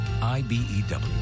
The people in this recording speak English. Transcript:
ibew